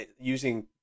using